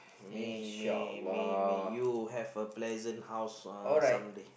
may may may may you have a pleasant house uh someday